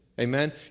amen